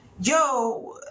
yo